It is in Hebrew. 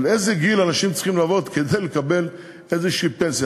עד איזה גיל אנשים צריכים לעבוד כדי לקבל פנסיה כלשהי?